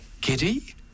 giddy